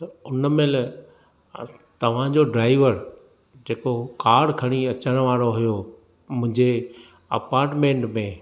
त उन महिल तव्हां जो ड्राईवर जेको कार खणी अचण वारो हुयो मुंहिंजे अपार्टमेंट में